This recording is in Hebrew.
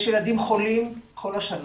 יש ילדים חולים כל השנה,